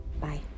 Bye